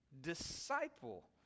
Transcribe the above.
Disciple